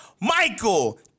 Michael